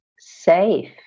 safe